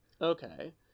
Okay